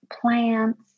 plants